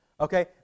Okay